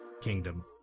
kingdom